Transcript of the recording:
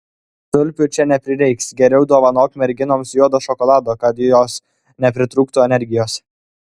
tulpių čia neprireiks geriau dovanok merginoms juodo šokolado kad jos nepritrūktų energijos